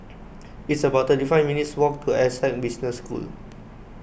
it's about thirty five minutes' walk to Essec Business School